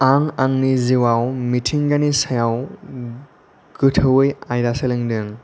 आं आंनि जिउआव मिथिंगानि सायाव गोथौयै आयदा सोलोंदों